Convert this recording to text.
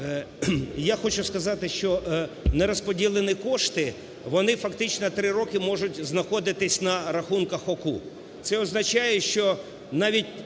Я хочу сказати, що нерозподілені кошти, вони фактично три роки можуть знаходитися на рахунках ОКУ. Це означає, що навіть